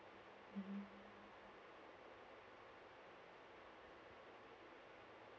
mmhmm